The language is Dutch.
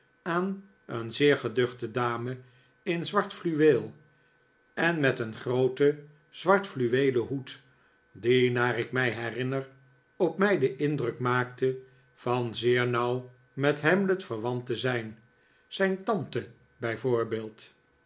aan een zeer geduchte dame in zwart fluweel en met een grooten zwart fluweelen hoed die naar ik mij herinner op mij den indruk maakte van zeer nauw met hamlet verwant te zijn zijn tante